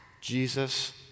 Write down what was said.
Jesus